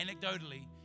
anecdotally